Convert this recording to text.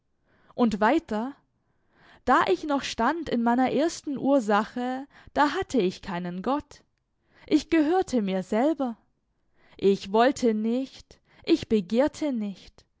und weiter da ich noch stand in meiner ersten ursache da hatte ich keinen gott ich gehörte mir selber ich wollte nicht ich begehrte nicht